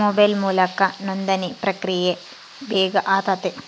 mobile ಮೂಲಕ ನೋಂದಣಿ ಪ್ರಕ್ರಿಯೆ ಬೇಗ ಆತತೆ